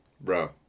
Bro